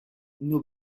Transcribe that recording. nos